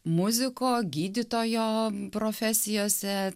muziko gydytojo profesijose